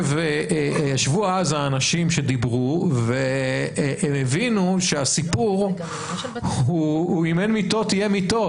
ישבו אז האנשים שדיברו והם הבינו שהסיפור הוא אם אין מיטות יהיו מיטות,